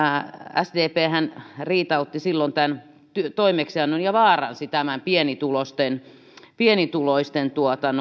sdphän riitautti silloin tämän toimeksiannon ja vaaransi tämän pienituloisten pienituloisten